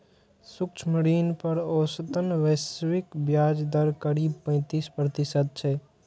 सूक्ष्म ऋण पर औसतन वैश्विक ब्याज दर करीब पैंतीस प्रतिशत छै